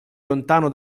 lontano